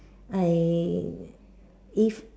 I he's